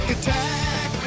Attack